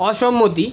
অসম্মতি